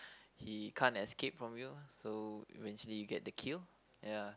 he can't escape from you so eventually he get the kill ya